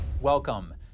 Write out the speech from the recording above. Welcome